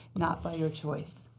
not by your choice.